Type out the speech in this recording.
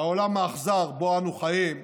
בעולם האכזר שבו אנו חיים,